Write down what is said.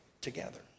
together